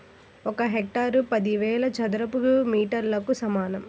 ఒక హెక్టారు పదివేల చదరపు మీటర్లకు సమానం